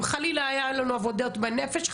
אם חלילה היו לנו אבדות בנפש,